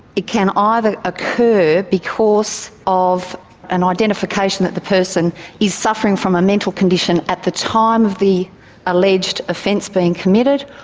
it can ah either occur because of an identification that the person is suffering from a mental condition at the time of the alleged offence being committed,